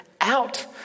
out